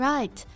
Right